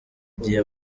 igihe